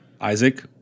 Isaac